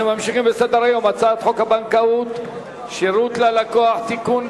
אנחנו ממשיכים בסדר-היום: הצעת חוק הבנקאות (שירות ללקוח) (תיקון,